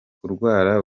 kurwara